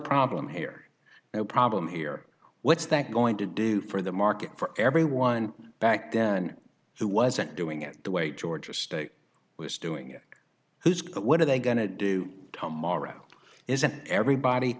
problem here no problem here what's that going to do for the market for everyone back then who wasn't doing it the way georgia state was doing it who's got what are they going to do tomorrow is an everybody